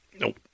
Nope